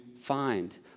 find